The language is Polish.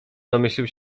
domyślił